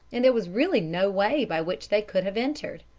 and there was really no way by which they could have entered.